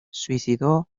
suicidó